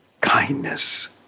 kindness